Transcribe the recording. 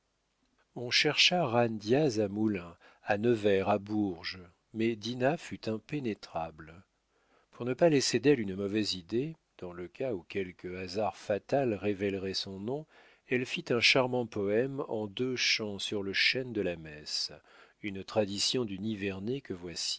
on chercha jean diaz à moulins à nevers à bourges mais dinah fut impénétrable pour ne pas laisser d'elle une mauvaise idée dans le cas où quelque hasard fatal révélerait son nom elle fit un charmant poème en deux chants sur le chêne de la messe une tradition du nivernais que